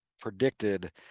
predicted